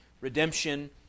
redemption